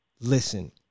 Listen